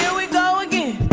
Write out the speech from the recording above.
yeah we go again